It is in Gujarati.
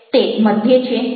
તે મધ્યે છે